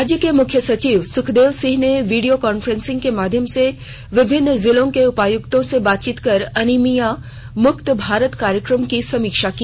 राज्य के मुख्य सचिव सुखदेव सिंह ने वीडियो कॉन्फ्रेसिंग के माध्यम से विभिन्न जिलों के उपायुक्तों से बातचीत कर अनीमिया मुक्त भारत कार्यक्रम की समीक्षा की